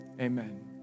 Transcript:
Amen